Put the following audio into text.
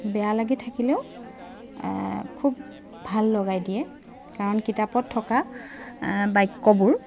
বেয়া লাগি থাকিলেও খুব ভাল লগাই দিয়ে কাৰণ কিতাপত থকা বাক্যবোৰ